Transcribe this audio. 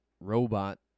robot